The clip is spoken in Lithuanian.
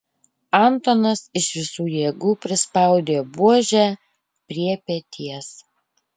antonas iš visų jėgų prispaudė buožę prie peties